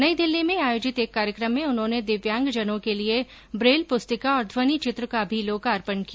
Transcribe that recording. नई दिल्ली में आयोजित एक कार्यक्रम में उन्होंने दिव्यांग जनों के लिए ब्रेल पुस्तिका और ध्वनि चित्र का भी लोकार्पण किया